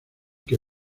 que